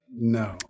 no